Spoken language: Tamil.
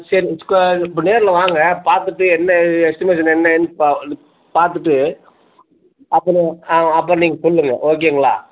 சரிங்க ஸ்கொ நேரில் வாங்க பார்த்துட்டு என்ன ஏது எஸ்ட்டிமேஷன் என்னென்னு பா பார்த்துட்டு அப்புறம் ஆ அப்புறம் நீங்கள் சொல்லுங்கள் ஓகேங்களா